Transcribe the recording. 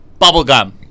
bubblegum